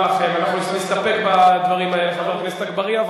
נסתפק בדברים האלה, חבר הכנסת אגבאריה.